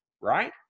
right